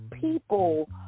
people